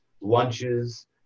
lunches